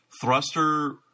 Thruster